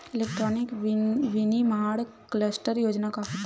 Electronic विनीर्माण cluster योजना का होथे?